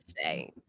say